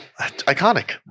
iconic